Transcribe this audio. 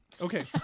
Okay